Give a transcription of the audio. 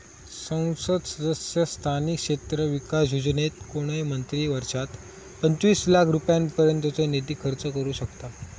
संसद सदस्य स्थानिक क्षेत्र विकास योजनेत कोणय मंत्री वर्षात पंचवीस लाख रुपयांपर्यंतचो निधी खर्च करू शकतां